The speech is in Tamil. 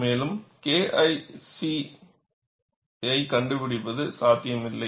மேலும் KIC ஐ கண்டுப்பிடிப்பது சாத்தியமில்லை